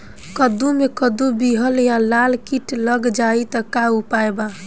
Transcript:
कद्दू मे कद्दू विहल या लाल कीट लग जाइ त का उपाय बा?